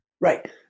right